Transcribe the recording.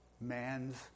man's